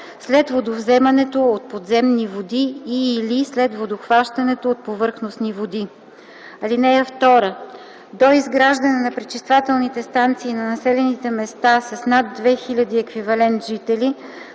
след водовземането от подземни води и/или след водохващането от повърхностни води. (2) До изграждане на пречиствателните станции на населените места с над 2 хиляди еквивалентни жители